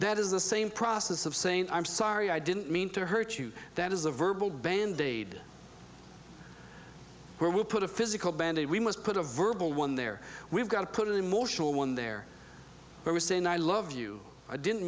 that is the same process of saying i'm sorry i didn't mean to hurt you that is a verbal bandaid where we put a physical bandaid we must put a verbal one there we've got to put an emotional one there are we saying i love you i didn't